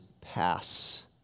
pass